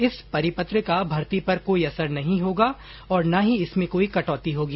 इस परिपत्र का भर्ती पर कोई असर नहीं होगा और न ही इसमें कोई कटौती होगी